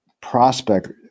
prospect